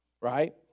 Right